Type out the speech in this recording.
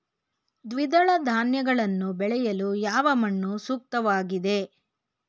ದ್ವಿದಳ ಧಾನ್ಯಗಳನ್ನು ಬೆಳೆಯಲು ಯಾವ ಮಣ್ಣು ಸೂಕ್ತವಾಗಿದೆ?